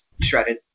shredded